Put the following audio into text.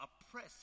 oppress